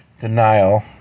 denial